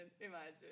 imagine